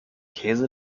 käse